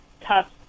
tough